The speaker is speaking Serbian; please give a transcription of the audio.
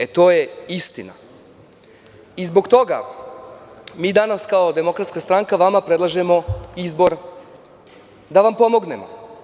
E, to je istina i zbog toga mi danas kao DS vama predlažemo izbor da vam pomognemo.